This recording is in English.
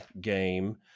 game